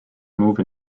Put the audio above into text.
move